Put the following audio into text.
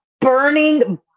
burning